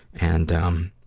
and, um,